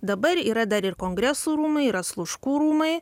dabar yra dar ir kongresų rūmai yra sluškų rūmai